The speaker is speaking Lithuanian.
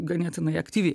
ganėtinai aktyvi